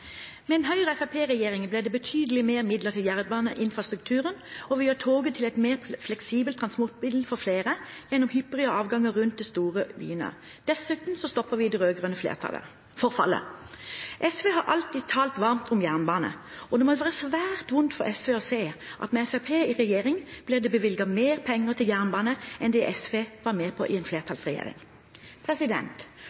Med en Høyre–Fremskrittsparti-regjering blir det betydelig flere midler til jernbaneinfrastrukturen, og vi gjør toget til et mer fleksibelt transportmiddel for flere gjennom hyppigere avganger rundt de store byene. Dessuten stopper vi det rød-grønne forfallet. SV har alltid talt varmt om jernbane, og det må være svært vondt for SV å se at med Fremskrittspartiet i regjering blir det bevilget mer penger til jernbane enn det SV var med på i en